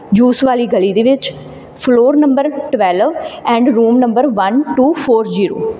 juice ਵਾਲੀ ਗਲੀ ਦੇ ਵਿੱਚ floor number twelve and room number one two four zero